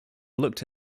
looked